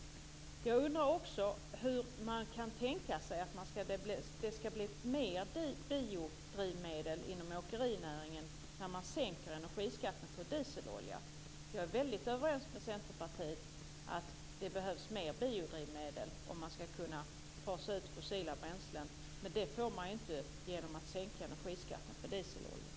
Jag undrar också hur man kan tro att det kan bli mer biodrivmedel inom åkerinäringen när man sänker energiskatten på dieselolja. Jag är väldigt överens med Centerpartiet om att det behövs mer biodrivmedel om vi skall kunna fasa ut de fossila bränslena, men det gör man inte genom att sänka energiskatten på dieselolja.